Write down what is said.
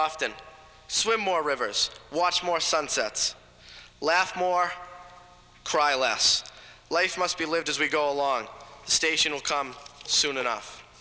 often swim more rivers watch more sunsets laugh more cry less life must be lived as we go along station will come soon enough